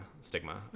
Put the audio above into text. stigma